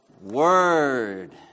word